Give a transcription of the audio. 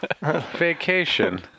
vacation